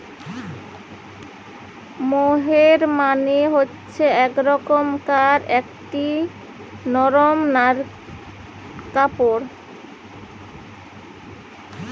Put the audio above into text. মোহের মানে হচ্ছে এক রকমকার একটি নরম কাপড়